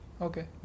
Okay